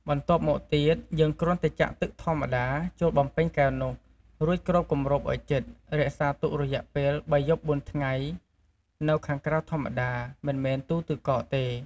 បន្ទាប់មកទៀត យើងគ្រាន់តែចាក់ទឹកធម្មតា ចូលបំពេញកែវនោះ រួចគ្របគំរបឱ្យជិត រក្សាទុករយៈពេល៣យប់ ៤ថ្ងៃ នៅខាងក្រៅធម្មតា មិនមែនទូទឹកកកទេ។